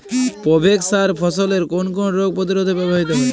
Provex সার ফসলের কোন কোন রোগ প্রতিরোধে ব্যবহৃত হয়?